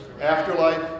Afterlife